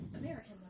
American